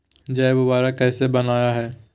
जैव उर्वरक कैसे वनवय हैय?